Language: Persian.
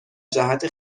جهت